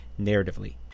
narratively